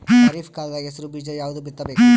ಖರೀಪ್ ಕಾಲದಾಗ ಹೆಸರು ಬೀಜ ಯಾವದು ಬಿತ್ ಬೇಕರಿ?